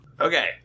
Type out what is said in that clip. Okay